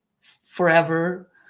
forever